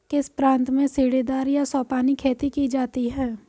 किस प्रांत में सीढ़ीदार या सोपानी खेती की जाती है?